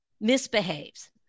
misbehaves